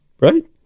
Right